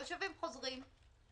תושבים חוזרים?